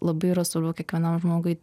labai yra svarbu kiekvienam žmogui